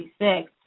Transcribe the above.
1966